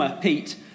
Pete